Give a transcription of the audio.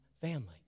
family